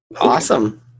Awesome